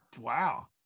wow